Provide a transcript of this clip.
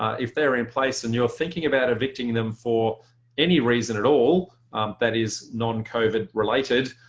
if they're in place and you're thinking about evicting them for any reason at all that is non covid related,